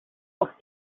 auf